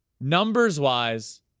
numbers-wise